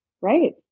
Right